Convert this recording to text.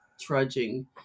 trudging